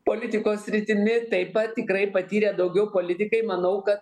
politikos sritimi taip pat tikrai patyrę daugiau politikai manau kad